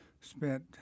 spent